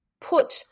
put